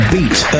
Beat